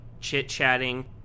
chit-chatting